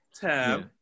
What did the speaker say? tab